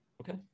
Okay